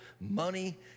money